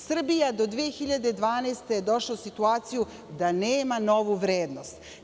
Srbija do 2012. godine je došla u situaciju da nema novu vrednost.